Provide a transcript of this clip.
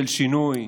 של שינוי,